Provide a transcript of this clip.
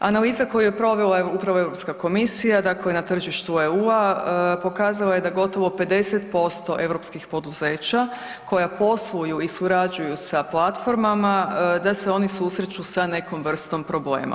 Analize koje je provela upravo Europska komisija na tržištu EU pokazala je da gotovo 50% europskih poduzeća koja posluju i surađuju sa platformama da se oni susreću sa nekom vrstom problema.